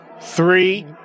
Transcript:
three